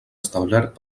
establert